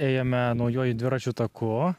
ėjome naujuoju dviračių taku